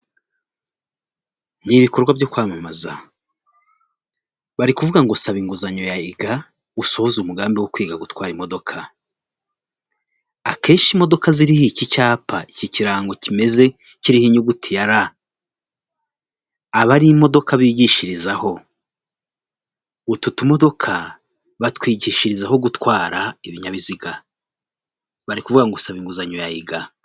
N'ibikorwa byo kwamamaza, bari kuvuga ngo sababa inguzanyo ya iga usohoze umugambi wo kwiga gutwara imodoka. Akenshi imodoka ziriho iki cyapa, iki kirango kimeze, kiriho inyuguti ya L abara ar'imodoka bigishirizaho. Utu tumodoka batwigishirizaho gutwara ibinyabiziga. Barikuvuga ngo saba inguzanyo ya iga.